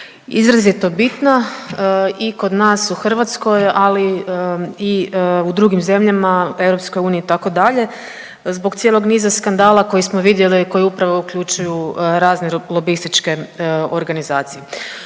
izrazito bitna i kod nas u Hrvatskoj, ali i u drugim zemljama Europskoj uniji itd. zbog cijelog niza skandala koji smo vidjeli, koji upravo uključuju razne lobističke organizacije.